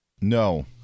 No